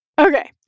okay